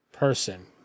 person